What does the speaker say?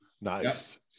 Nice